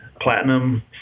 Platinum